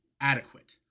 Adequate